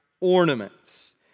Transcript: ornaments